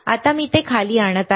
आता मी ते खाली आणत आहे